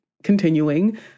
Continuing